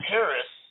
Paris